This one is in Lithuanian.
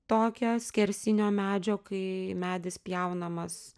tokią skersinio medžio kai medis pjaunamas